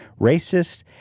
racist